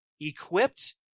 equipped